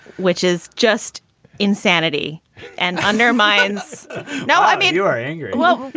which is just insanity and undermines no, i mean, your anger well,